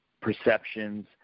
perceptions